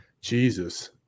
Jesus